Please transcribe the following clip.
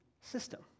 system